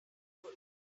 good